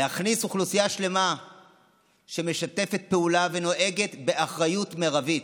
להכניס אוכלוסייה שלמה שמשתפת פעולה ונוהגת באחריות מרבית,